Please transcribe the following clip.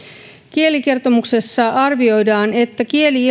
kielikertomuksessa arvioidaan että kieli